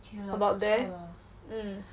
about there mm